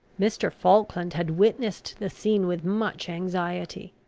mr. falkland had witnessed the scene with much anxiety.